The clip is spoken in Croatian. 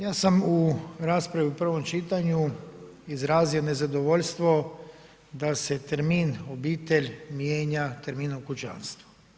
Ja sam u raspravi u prvom čitanju izrazio nezadovoljstvo da se termin obitelj mijenja terminom kućanstvo.